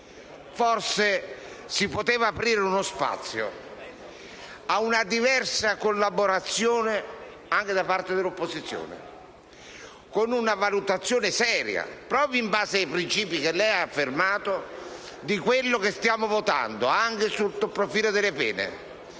sarebbe potuto aprire uno spazio per una diversa collaborazione anche da parte dell'opposizione, con una valutazione seria, proprio in base ai principi che lei ha affermato e di quello che stiamo votando, anche sotto il profilo delle pene.